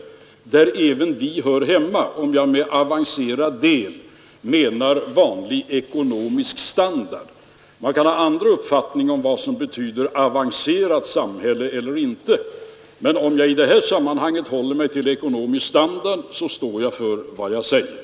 Det är där vi hör hemma — om jag med den avancerade delen då menar vanlig ekonomisk standard. Man kan ha andra uppfattningar om vad som är ett avancerat samhälle, men om jag här håller mig till ekonomisk standard, så står jag för vad jag säger.